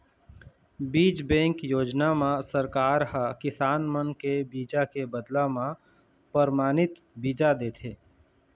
बीज बेंक योजना म सरकार ह किसान मन के बीजा के बदला म परमानित बीजा देथे